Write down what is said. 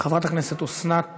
חברת הכנסת אוסנת